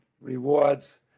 rewards